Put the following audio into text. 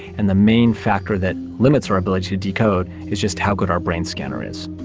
and the main factor that limits our ability to decode is just how good our brain scanner is.